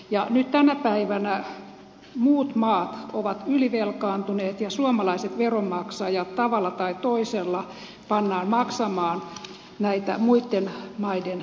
nyt tänä päivänä muut maat ovat ylivelkaantuneet ja suomalaiset veronmaksajat tavalla tai toisella pannaan maksamaan näitä muitten maiden velkoja